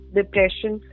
depression